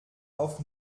auf